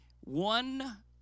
One